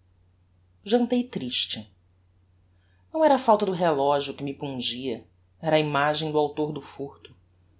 projecto jantei triste não era a falta do relogio que me pungia era a imagem do autor do furto